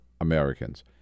Americans